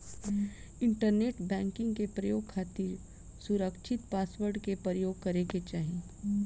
internet banking के प्रयोग खातिर सुरकछित पासवर्ड के परयोग करे के चाही